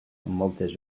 moltes